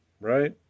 Right